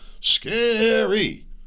Scary